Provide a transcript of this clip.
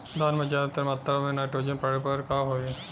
धान में ज्यादा मात्रा पर नाइट्रोजन पड़े पर का होई?